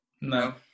no